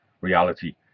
reality